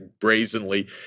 brazenly